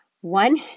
One